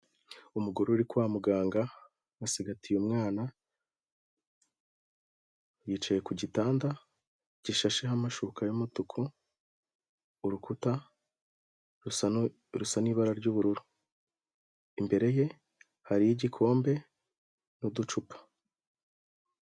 Umugore uri kwa muganga, wasigagatiye umwana, yicaye ku gitanda gishashe amashuka y'umutuku, urukuta rusa n'ibara ry'ubururu, imbere ye hari igikombe n'uducupa.